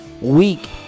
week